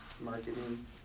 Marketing